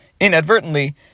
inadvertently